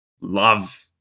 love